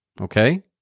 Okay